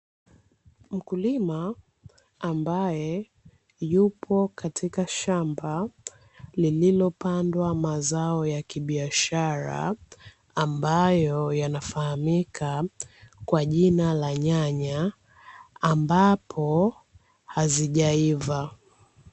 Mkulima ambaye yupo katika shamba lililopandwa mazao ya kibiashara ambayo yanafahamika kwa jina la nyanya, ambapo hazijaiva.